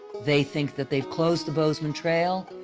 they think that they've closed the bozeman trail,